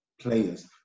players